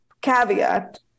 caveat